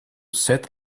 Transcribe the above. set